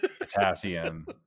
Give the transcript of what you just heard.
potassium